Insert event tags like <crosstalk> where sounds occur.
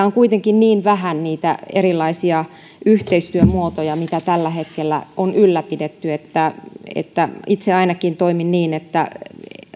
<unintelligible> on kuitenkin niin vähän niitä erilaisia yhteistyömuotoja mitä tällä hetkellä on ylläpidetty että että itse ainakin toimin niin että